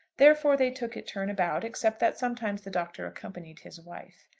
therefore they took it turn about, except that sometimes the doctor accompanied his wife.